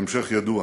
ההמשך ידוע.